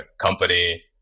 company